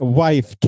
wife